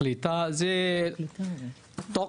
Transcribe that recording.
הקליטה תוך